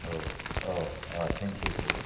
औ औ थेंकिउसै दे